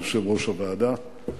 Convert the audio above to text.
יושב-ראש הוועדה,